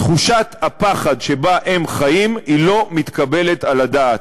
תחושת הפחד שבה הם חיים היא לא מתקבלת על הדעת.